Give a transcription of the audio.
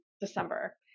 December